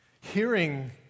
hearing